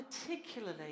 particularly